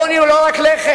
עוני הוא לא רק לחם.